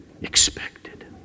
expected